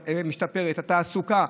גם התעסוקה.